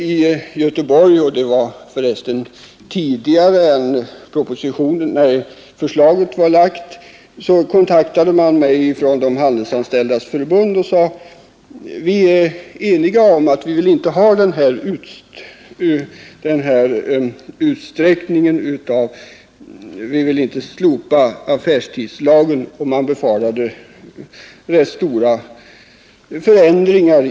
I Göteborg — det hände förresten innan propositionen förelåg — kontaktade man mig från Handelsanställdas förbund och sade: Vi är eniga om att vi inte vill ha den här utsträckningen av öppethållandet, vi vill inte slopa affärstidslagen. Man befarade rätt stora förändringar.